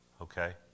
Okay